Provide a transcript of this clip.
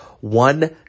one